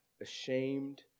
ashamed